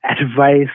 advice